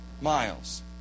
miles